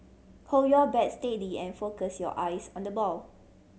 hold your bat steady and focus your eyes on the ball